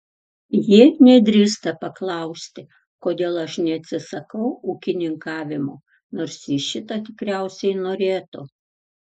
ji nedrįsta paklausti kodėl aš neatsisakau ūkininkavimo nors ji šito tikriausiai norėtų